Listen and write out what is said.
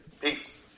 Peace